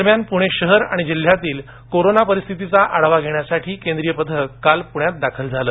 दरम्यान पुणे शहर आणि जिल्ह्यातील कोरोना परिस्थितीचा आढावा घेण्यासाठी केन्द्रीय पथक काल पुण्यात दाखल झालं